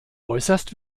äußerst